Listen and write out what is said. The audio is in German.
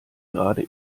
gerade